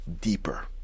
deeper